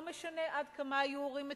לא משנה עד כמה יהיו מורים מצוינים.